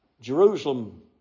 Jerusalem